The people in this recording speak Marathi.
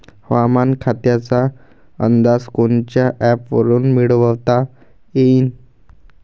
हवामान खात्याचा अंदाज कोनच्या ॲपवरुन मिळवता येईन?